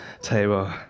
table